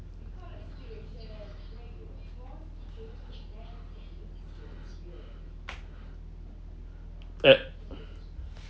at